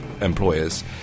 employers